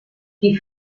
qui